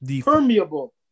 Permeable